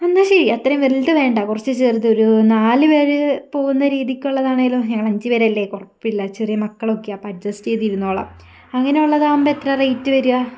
എന്നാൽ ശരി അത്രയും വലുത് വേണ്ട കുറച്ച് ചെറുത് ഒരു നാല് പേര് പോകുന്ന രീതിക്കുള്ളതാണെങ്കിലും ഞങ്ങള് അഞ്ച് പേരല്ലേ പിള്ളേര് ചെറിയ മക്കളൊക്കെയാണ് അപ്പം അഡ്ജസ്റ്റ് ചെയ്തിരുന്നോളാം അങ്ങനെയുള്ളതാവുമ്പോൾ എത്രയാണ് റേറ്റ് വരിക